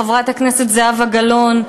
חברת הכנסת זהבה גלאון,